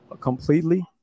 completely